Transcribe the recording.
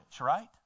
right